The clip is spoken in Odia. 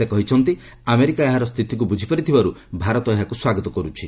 ସେ କହିଛନ୍ତି ଆମେରିକା ଏହାର ସ୍ଥିତିକ୍ ବୁଝିପାରିଥିବାରୁ ଭାରତ ଏହାକୁ ସ୍ୱାଗତ କରୁଛି